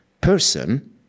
person